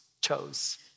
chose